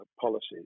policies